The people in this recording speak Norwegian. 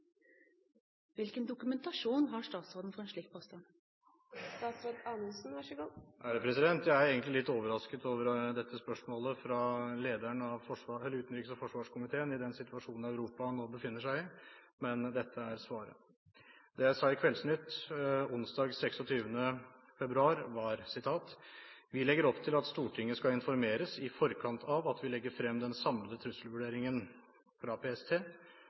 Hvilken dokumentasjon har statsråden for en slik påstand?» Jeg er egentlig litt overrasket over dette spørsmålet fra lederen av utenriks- og forsvarskomiteen i den situasjonen Europa nå befinner seg i, men dette er svaret. Det jeg sa i Kveldsnytt onsdag 26. februar var: «Vi legger opp til at Stortinget skal informeres i forkant av at vi legger frem den samlede trusselvurderingen fra PST,